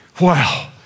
Wow